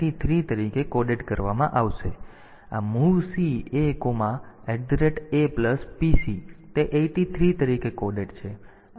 તેથી તે 83 તરીકે કોડેડ થશે તેથી આ રીતે આ MOVX DPTRA કરવામાં આવશે